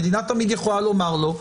המדינה תמיד יכולה להגיד לא.